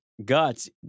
Guts